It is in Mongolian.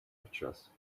учраас